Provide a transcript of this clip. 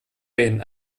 wehen